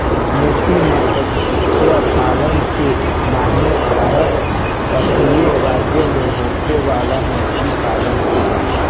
मोती मतस्य पालन के माने भारत के तटीय राज्य में होखे वाला मछली पालन से बा